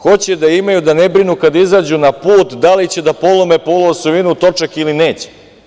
Hoće da imaju, da ne brinu kad izađu na put da li će da polome poloosovinu, točak ili neće.